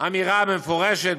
אמירה מפורשת,